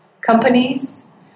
companies